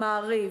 מעריב,